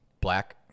black